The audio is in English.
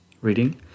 reading